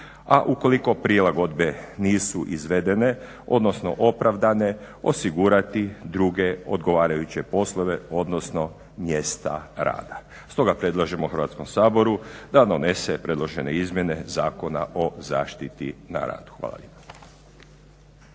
a ukoliko prilagodbe nisu izvedene odnosno opravdane osigurati druge odgovarajuće poslove, odnosno mjesta rada. Stoga predlažemo Hrvatskom saboru da donese predložene izmjene Zakona o zaštiti na radu. Hvala